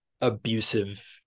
abusive